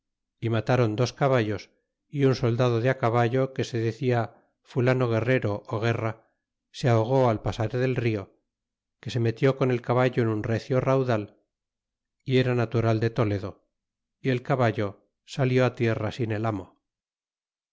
y matron dos caballos y un soldado de caballo que se decia fulano guerrero ó guerra se ahogó al pasar del rio que se metió con el caballo en un recio raudal y era natural de toledo y el caballo salió tierra sin el amo